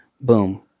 Boom